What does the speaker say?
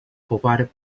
provided